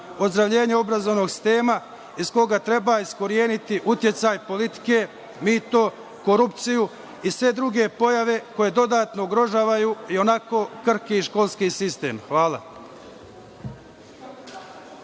ozdravljenja obrazovnog sistema iz koga treba iskoreniti uticaj politike, mito, korupciju i sve druge pojave koje dodatno ugrožavaju ionako krhki školski sistem. Hvala.